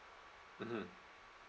mmhmm